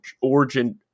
origin